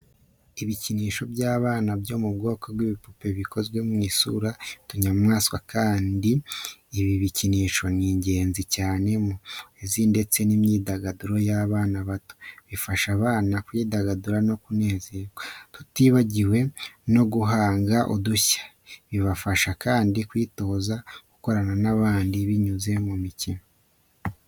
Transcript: Ibikinisho by’abana byo mu bwoko bw'ibipupe bikoze mu isura y'utunyamaswa, kandi ibi bikinisho ni ingenzi cyane mu burezi ndetse n’imyidagaduro y’abana bato. Bifasha abana kwidagadura no kunezerwa, tutibagiwe no guhanga udushya. Bibafasha kandi kwitoza gukorana n’abandi binyuze mu mikino.